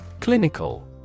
Clinical